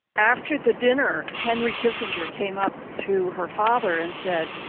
after the dinner, henry kissinger came up to her father and said,